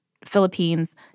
Philippines